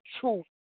truth